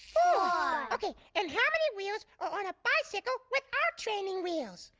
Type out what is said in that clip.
ah okay, and how many wheels are on a bicycle without training wheels?